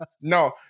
No